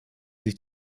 sich